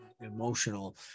emotional